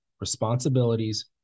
responsibilities